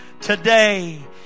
Today